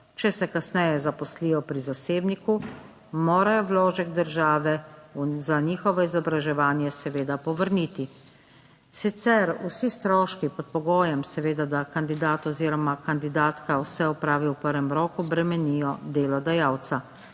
Če se kasneje zaposlijo pri zasebniku, morajo vložek države za njihovo izobraževanje seveda povrniti. Sicer vsi stroški, pod pogojem seveda, da kandidat oziroma kandidatka vse opravi v prvem roku, bremenijo delodajalca.